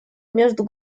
между